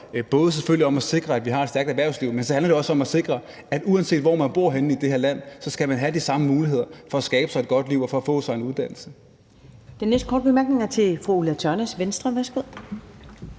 både handler om at sikre, at vi har et stærkt erhvervsliv, men at det også handler om at sikre, at man, uanset hvorhenne i det her land man bor, så skal have de samme muligheder for at skabe sig et godt liv og for at få sig en uddannelse.